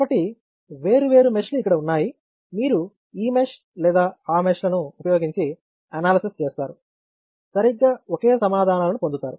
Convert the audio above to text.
కాబట్టి వేరు వేరు మెష్లు ఇక్కడ ఉన్నాయి మీరు ఈ మెష్ లేదా ఆ మెష్ లను ఉపయోగించి అనాలసిస్ చేస్తారు సరిగ్గా ఓకే సమాధానాలను పొందుతారు